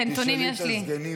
את הנתונים יש לי.